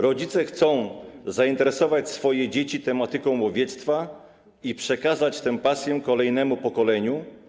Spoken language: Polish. Rodzice chcą zainteresować swoje dzieci tematyką łowiectwa i przekazać tę pasję kolejnemu pokoleniu.